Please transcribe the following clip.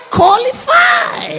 qualify